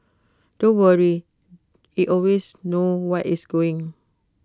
don't worry IT always knows what it's doing